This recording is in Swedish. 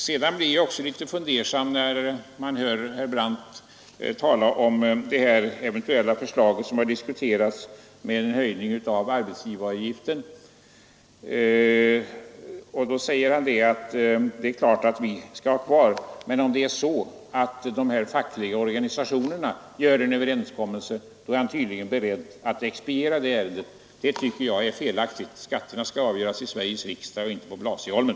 Sedan blir jag också litet fundersam när jag hör herr Brandt tala om den eventuella höjning av arbetsgivaravgiften som har diskuterats Beträffande den så säger han: Det är klart att vi ska ha kvar skatteutredningen. Men om de fackliga organisationerna träffar en överenskommelse är han tydligen beredd att expediera den beställningen Det tycker jag är felaktigt. Skatterna skall avgöras i Sveriges riksdag och inte på Blasieholmen.